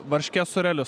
varškės sūrelius